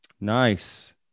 Nice